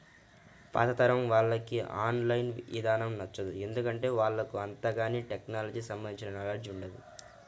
పాతతరం వాళ్లకి online ఇదానం నచ్చదు, ఎందుకంటే వాళ్లకు అంతగాని టెక్నలజీకి సంబంధించిన నాలెడ్జ్ ఉండదు